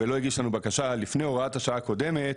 ולא הגיש לנו בקשה לפני הוראת השעה הקודמת,